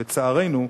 לצערנו,